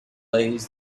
lays